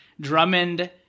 Drummond